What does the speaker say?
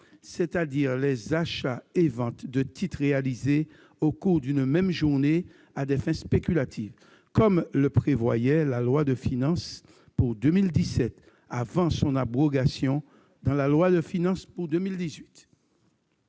c'est-à-dire les achats et ventes de titres réalisés au cours d'une même journée à des fins spéculatives, comme le prévoyait la loi de finances pour 2017 avant l'abrogation de cette disposition dans la loi de finances pour 2018.